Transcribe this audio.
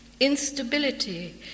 Instability